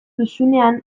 duzunean